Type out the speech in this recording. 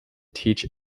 teach